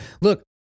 look